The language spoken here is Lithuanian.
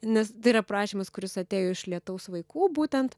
nes tai yra prašymas kuris atėjo iš lietaus vaikų būtent